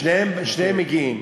שניהם מגיעים.